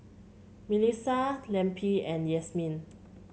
Melisa Lempi and Yasmine